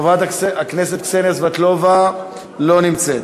חברת הכנסת קסניה סבטלובה, לא נמצאת,